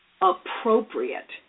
appropriate